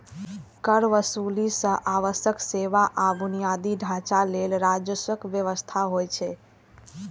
कर वसूली सं आवश्यक सेवा आ बुनियादी ढांचा लेल राजस्वक व्यवस्था होइ छै